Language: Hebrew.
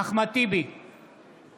אינו משתתף בהצבעה